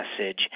message